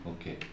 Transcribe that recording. Okay